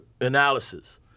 analysis